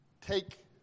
take